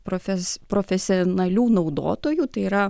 profes profesionalių naudotojų tai yra